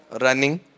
running